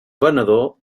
venedor